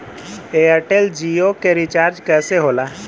Airtel Jio के recharge कैसे होला?